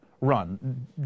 run